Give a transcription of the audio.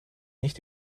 nicht